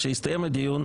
כשיסתיים הדיון,